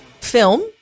film